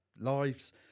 lives